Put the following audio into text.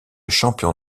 champion